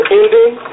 ending